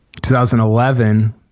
2011